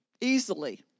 easily